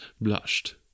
blushed